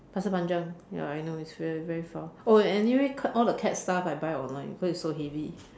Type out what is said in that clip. Pasir Panjang ya I know it's very very far oh anyway all the cat stuff I buy online cause it's so heavy